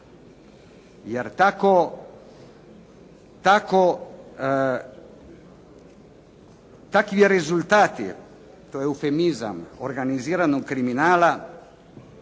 Jer tako, takvi rezultati, to je eufemizam organiziranog kriminala